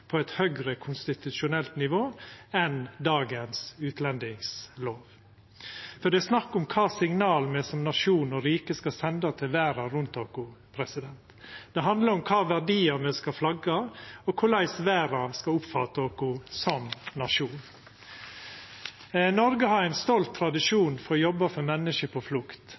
på eit høgare konstitusjonelt nivå enn dagens utlendingslov. Det er snakk om kva signal me som nasjon og rike skal senda til verda rundt oss. Det handlar om kva verdiar me skal flagga, og korleis verda skal oppfatta oss som nasjon. Noreg har ein stolt tradisjon for å jobba for menneske på